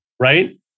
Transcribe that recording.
right